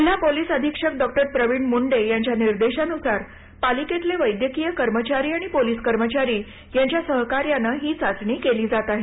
जिल्हा पोलीस अधीक्षक डॉक्टर प्रवीण मुंडे यांच्या निर्देशानुसार पालिकेतले वैद्यकीय कर्मचारी आणि पोलीस कर्मचारी यांच्या सहकार्यानं ही चाचणी केली जात आहे